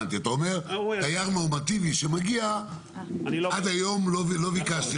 אתה אומר תייר נורמטיבי שמגיע עד היום לא ביקשתי